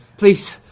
please,